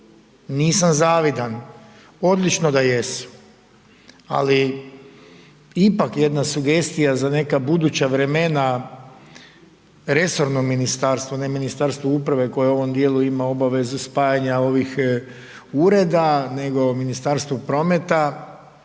nisam zavidan, odlično da jesu ali ipak jedna sugestija za neka buduća vremena, resorno ministarstvo, ne Ministarstvo uprave koje u ovom djelu ima obavezu spajanja ovih ureda, nego Ministarstvo prometa